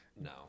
No